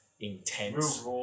intense